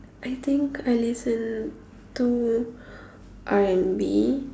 I think I listen to R&B